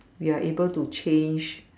we are able to change